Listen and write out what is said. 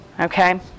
okay